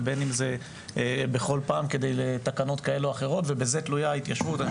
ובין אם זה בכל פעם בשביל תקנות כאלה ואחרות ובזה תלויה ההתיישבות.